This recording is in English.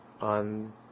on